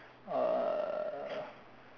uh